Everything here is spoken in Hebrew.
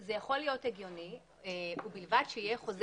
זה יכול להיות הגיוני ובלבד שיהיה חוזה